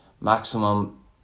maximum